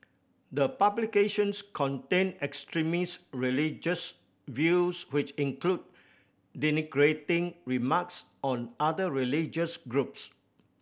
the publications contain extremist religious views which include denigrating remarks on other religious groups